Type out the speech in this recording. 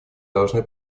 должны